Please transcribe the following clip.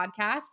podcast